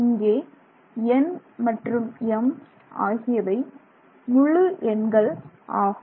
இங்கே n மற்றும் m ஆகியவை முழு எண்கள் ஆகும்